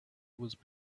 was